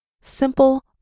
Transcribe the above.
Simple